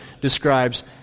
describes